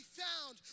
found